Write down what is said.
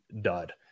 dud